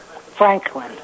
Franklin